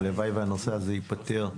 הלוואי והנושא הזה ייפתר.